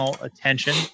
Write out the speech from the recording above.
attention